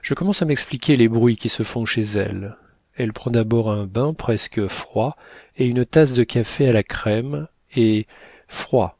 je commence à m'expliquer les bruits qui se font chez elle elle prend d'abord un bain presque froid et une tasse de café à la crème et froid